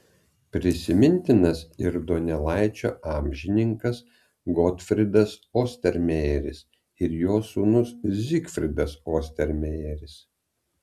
prisimintinas ir donelaičio amžininkas gotfrydas ostermejeris ir jo sūnus zygfridas ostermejeris